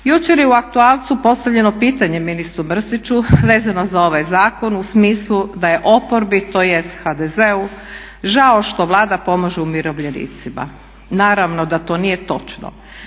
Jučer je u aktualcu postavljeno pitanje ministru Mrsiću vezano za ovaj zakon u smislu da je oporbi tj. HDZ-u žao što Vlada pomaže umirovljenicima. Naravno da to nije točno.